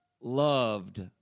loved